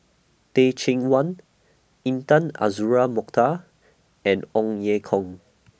Teh Cheang Wan Intan Azura Mokhtar and Ong Ye Kung